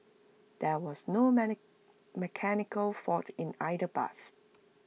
there was no mechanical fault in either bus